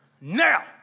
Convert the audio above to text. Now